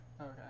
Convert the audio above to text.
Okay